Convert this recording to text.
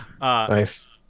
Nice